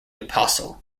apostle